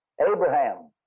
Abraham